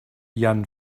jan